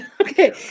Okay